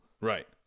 Right